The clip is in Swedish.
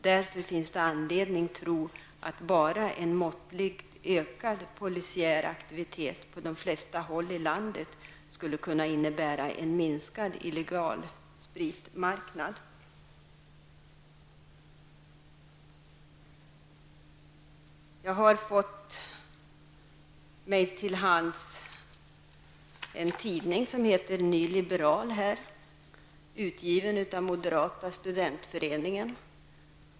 Därför finns det anledning att tro att bara en måttligt ökad polisiär aktivitet på de flesta håll i landet skulle innebära en minskad illegal spritmarknad. Jag har fått i min hand en tidning som heter Nyliberalen, utgiven av Moderata studentföreningen.